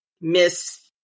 miss